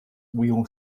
wheel